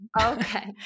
Okay